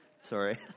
Sorry